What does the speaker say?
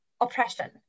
oppression